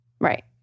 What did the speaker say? Right